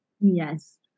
Yes